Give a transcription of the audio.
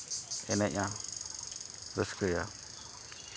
ᱮᱱᱮᱡᱼᱟ ᱨᱟᱹᱥᱠᱟᱹᱭᱟ